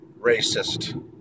racist